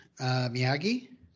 Miyagi